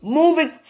moving